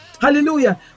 Hallelujah